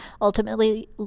ultimately